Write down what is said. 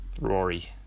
rory